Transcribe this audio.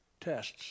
tests